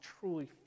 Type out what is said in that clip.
truly